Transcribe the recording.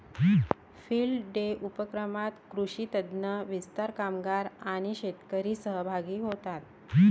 field day उपक्रमात कृषी तज्ञ, विस्तार कामगार आणि शेतकरी सहभागी होतात